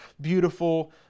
beautiful